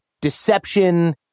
deception